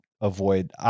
avoid